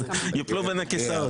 הם יפלו בין הכיסאות.